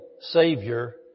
Savior